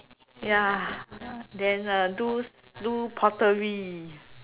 ya then uh do do pottery